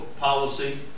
policy